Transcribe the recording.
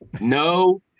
no